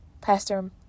pastor